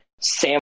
Sam